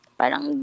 parang